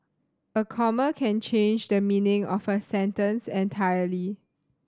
a comma can change the meaning of a sentence entirely